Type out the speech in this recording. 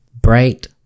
Bright